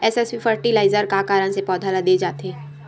SSP fertiliser का कारण से पौधा ल दे जाथे?